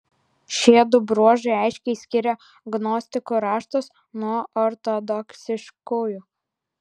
šiedu bruožai aiškiai skiria gnostikų raštus nuo ortodoksiškųjų